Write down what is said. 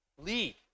Lead